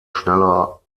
schneller